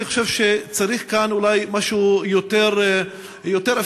אני חושב שצריך כאן אולי משהו יותר אפקטיבי,